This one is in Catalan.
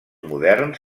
moderns